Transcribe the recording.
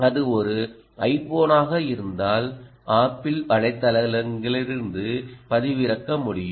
அது ஒரு ஐபோனாக இருந்தால் ஆப்பிள் வலைத்தளங்களிலிருந்து பதிவிறக்க முடியும்